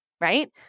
right